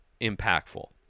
impactful